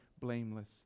blameless